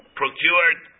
procured